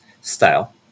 style